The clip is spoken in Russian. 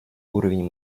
уровень